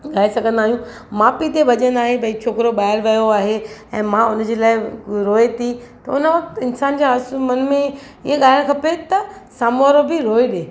ॻाए सघंदा आहियूं माउ पीउ ते भॼन आहे भाई छोकिरो ॿाहिरि वियो आहे ऐं मां उनजे लाइ रोए थी त उन वक़्तु इंसान जे आसूं मन में इअं ॻाइणु खपे त साम्हूं वारो बि रोई ॾिए